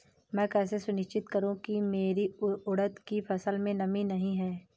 मैं कैसे सुनिश्चित करूँ की मेरी उड़द की फसल में नमी नहीं है?